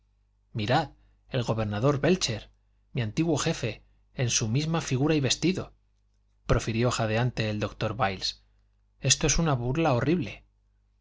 mirad el gobernador bélcher mi antiguo jefe en su misma figura y vestido profirió jadeante el doctor byles esto es una burla horrible